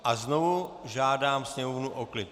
A znovu žádám sněmovnu o klid.